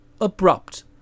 abrupt